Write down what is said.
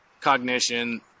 cognition